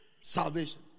salvation